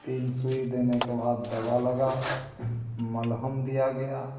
तीन सुई देने के बाद दवा लगी मलहम दिया गया